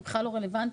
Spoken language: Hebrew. זה בכלל לא רלוונטי,